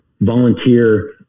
volunteer